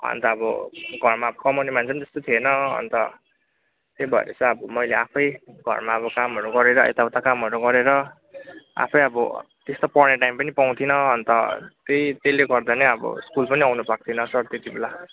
अन्त अब घरमा कमाउने मान्छे पनि त्यस्तो थिएन अन्त त्यो भएर चाहिँ अब मैले आफै घरमा अब कामहरू गरेर यताउता कामहरू गरेर आफै अब त्यस्तो पढ्ने टाइम पनि पाउँथिनँ अन्त त्यही त्यसले गर्दा नै अब स्कुल पनि आउनु पाएको थिइन सर त्यतिबेला